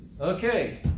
Okay